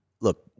Look